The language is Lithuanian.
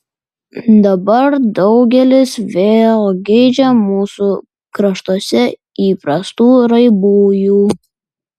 dabar daugelis vėl geidžia mūsų kraštuose įprastų raibųjų